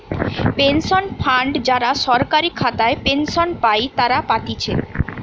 pension fund যারা সরকারি খাতায় পেনশন পাই তারা পাতিছে